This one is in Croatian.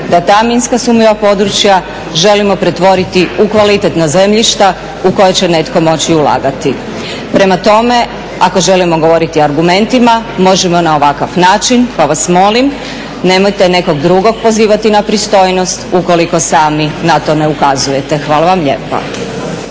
Da ta minska sumnjiva područja želimo pretvoriti u kvalitetna zemljišta u koja će netko moći ulagati. Prema tome, ako želimo govoriti o argumentima, možemo na ovakav način pa vas molim nemojte nekog drugog pozivati na pristojnost ukoliko samo na to ne ukazujete. Hvala vam lijepa.